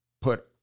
put